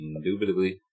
Indubitably